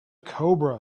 cobra